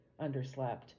underslept